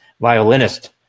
violinist